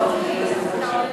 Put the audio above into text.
אתה עולה